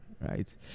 right